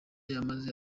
yamaze